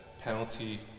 penalty